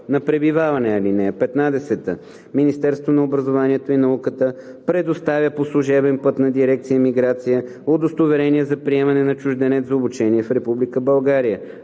на пребиваване. (15) Министерството на образованието и науката предоставя по служебен път на дирекция „Миграция“ удостоверение за приемане на чужденец за обучение в Република България.